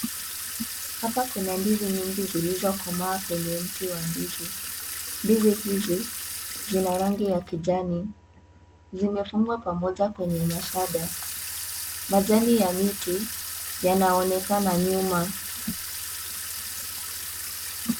Hapa kuna ndizi nyingi zilizokomaa kwenye mti wa ndizi, ndizi hizi zina rangi ya kijani zimefungwa pamoja kwenye mashada majani ya miti yanaonekana nyuma.